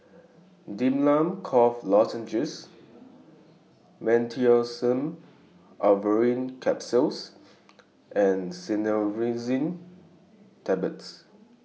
Difflam Cough Lozenges Meteospasmyl Alverine Capsules and Cinnarizine Tablets